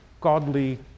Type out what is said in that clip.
godly